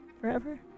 forever